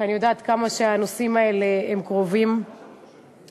כי אני יודעת כמה הנושאים האלה קרובים ללבך.